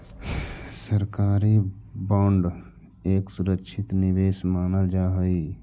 सरकारी बांड एक सुरक्षित निवेश मानल जा हई